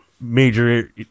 major